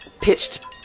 pitched